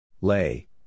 Lay